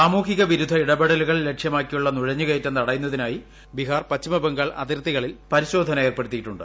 സാമുഹിക വിരുദ്ധ ഇടപെടലുകൾ ലക്ഷ്യമാക്കിയുള്ള നുഴഞ്ഞുകയറ്റും തടയുന്നതിനായി ബീഹാർ പശ്ചിമബംഗാൾ അതിർത്തികളിൽ പരിശോധന ഏർപ്പെടുത്തിയിട്ടുണ്ട്